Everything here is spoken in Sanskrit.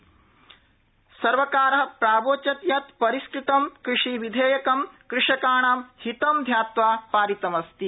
तोमरः सर्वकारः प्रावोचत् यत् परिष्कृतं कृषिविधेयकं कृषकाणां हितं ध्वात्वा पारितम् अस्ति